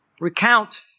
Recount